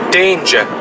danger